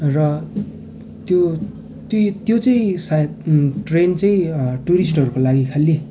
र त्यो त्यो चाहिँ सायद ट्रेन चाहिँ टुरिस्टहरूको लागि खाली